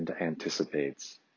anticipates